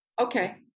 Okay